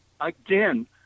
Again